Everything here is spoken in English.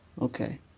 Okay